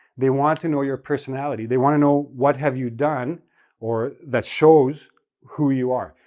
they want to know your personality. they want to know, what have you done or that shows who you are.